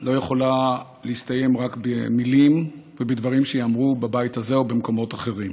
לא יכולה להסתיים רק במילים ובדברים שייאמרו בבית הזה או במקומות אחרים.